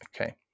Okay